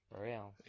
Real